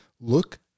look